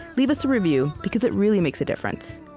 leave us a review because it really makes a difference.